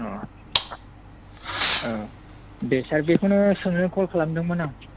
औ औ दे सार बेखौनो सोंनो कल खालामदोंमोन आं